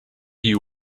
you